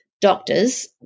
doctors